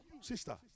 sister